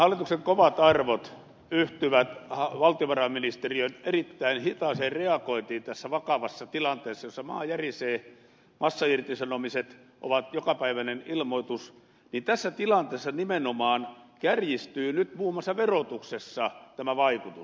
kun hallituksen kovat arvot yhtyvät valtiovarainministeriön erittäin hitaaseen reagointiin tässä vakavassa tilanteessa jossa maa järisee massairtisanomiset ovat jokapäiväinen ilmoitus niin tässä tilanteessa nimenomaan kärjistyy nyt muun muassa verotuksessa tämä vaikutus